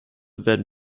werden